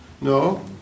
no